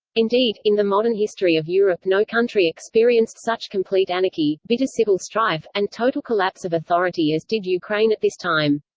indeed, in the modern history of europe no country experienced such complete anarchy, bitter civil strife, and total collapse of authority as did ukraine at this time.